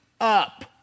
up